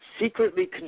Secretly